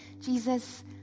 Jesus